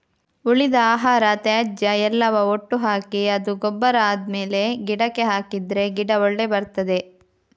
ಉಳಿದ ಆಹಾರ, ತ್ಯಾಜ್ಯ ಎಲ್ಲವ ಒಟ್ಟು ಹಾಕಿ ಅದು ಗೊಬ್ಬರ ಆದ್ಮೇಲೆ ಗಿಡಕ್ಕೆ ಹಾಕಿದ್ರೆ ಗಿಡ ಒಳ್ಳೆ ಬರ್ತದೆ